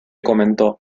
comentó